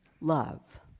Love